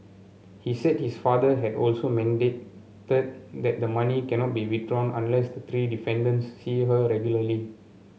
he said his father had also mandated that the money cannot be withdrawn unless the three defendants see her regularly